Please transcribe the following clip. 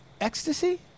ecstasy